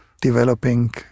developing